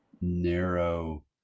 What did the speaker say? narrow